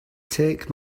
take